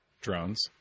drones